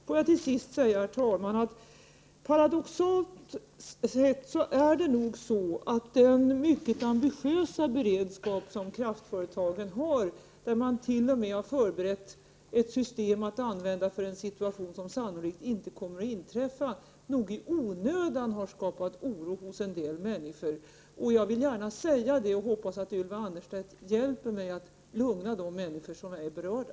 Får jag till sist säga, herr talman, att det paradoxalt nog är på det sättet att den mycket ambitiösa beredskap som kraftföretagen har — vi har t.o.m. förberett ett system för en situation som sannolikt inte kommer att inträffa — nog i onödan har skapat oro hos en del människor. Jag hoppas att Ylva Annerstedt hjälper mig att lugna de människor som är berörda.